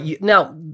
now